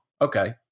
Okay